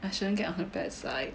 I shouldn't get on her bad side